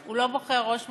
הוא לא בוחר ראש ממשלה.